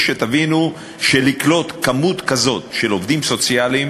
שתבינו שלקלוט כמות כזאת של עובדים סוציאליים